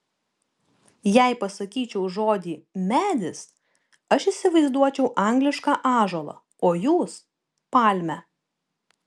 jei pasakyčiau žodį medis aš įsivaizduočiau anglišką ąžuolą o jūs palmę